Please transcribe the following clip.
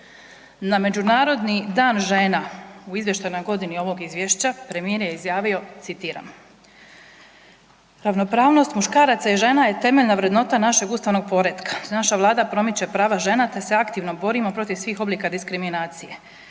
Na Međunarodni dan žena u izvještajnoj godini ovog izvješća premijer je izjavio citiram, ravnopravnost muškaraca i žena je temeljna vrednota našeg ustavnog poretka. Naša vlada promiče prava žena, te se aktivno borimo protiv svih oblika diskriminacije.